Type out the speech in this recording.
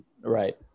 Right